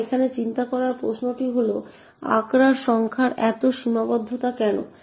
এখন এখানে চিন্তা করার প্রশ্নটি হল আখড়ার সংখ্যায় এত সীমাবদ্ধতা কেন